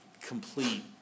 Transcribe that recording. complete